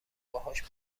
باهاش